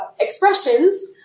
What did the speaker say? expressions